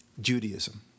Judaism